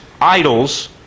idols